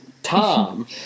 Tom